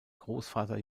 großvater